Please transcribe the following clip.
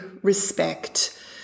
respect